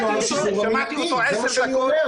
להפעיל את מנגנון השחרור המנהלי בגלל מנגנון שעת חירום שהעברנו.